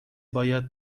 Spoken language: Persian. باید